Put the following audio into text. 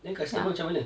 then customer macam mana